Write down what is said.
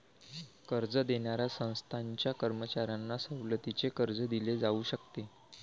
कर्ज देणाऱ्या संस्थांच्या कर्मचाऱ्यांना सवलतीचे कर्ज दिले जाऊ शकते